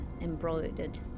embroidered